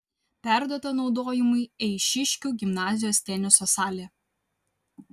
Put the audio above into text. perduota naudojimui eišiškių gimnazijos teniso salė